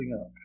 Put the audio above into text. up